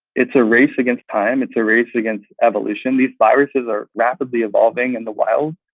it's a race against time. it's a race against evolution. these viruses are rapidly evolving in the wild.